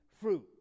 fruit